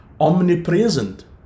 omnipresent